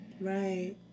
Right